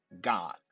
God